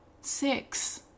six